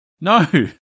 no